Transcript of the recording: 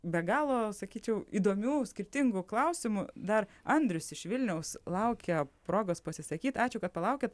be galo sakyčiau įdomių skirtingų klausimų dar andrius iš vilniaus laukia progos pasisakyti ačiū kad palaukėt